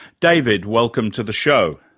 david, welcome to the show.